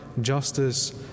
justice